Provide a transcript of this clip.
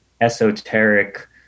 esoteric